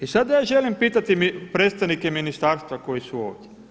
I sada ja želim pitati predstavnike ministarstva koji su ovdje.